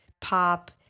pop